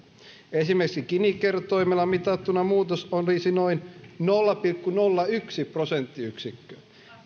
esimerkiksi gini kertoimella mitattuna muutos olisi noin nolla pilkku nolla yksi prosenttiyksikköä